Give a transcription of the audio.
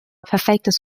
perfektes